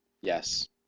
Yes